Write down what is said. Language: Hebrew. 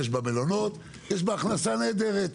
יש בה מלונות ויש בה הכנסה נהדרת,